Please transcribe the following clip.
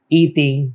eating